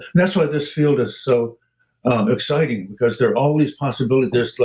that's why this field is so exciting because there are all these possibilities.